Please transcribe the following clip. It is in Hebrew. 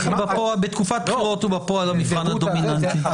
בתקופת הבחירות הוא בפועל המבחן הדומיננטי.